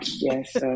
Yes